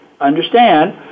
understand